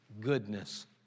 goodness